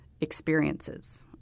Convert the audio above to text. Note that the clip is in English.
experiences